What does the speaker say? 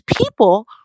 people